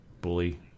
Bully